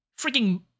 Freaking